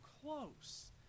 close